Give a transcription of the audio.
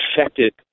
affected